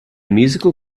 musical